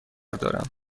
دارم